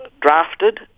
drafted